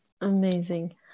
Amazing